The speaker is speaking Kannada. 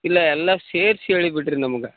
ಇಲ್ಲ ಎಲ್ಲ ಸೇರಿಸಿ ಹೇಳಿ ಬಿಡ್ರಿ ನಮ್ಗೆ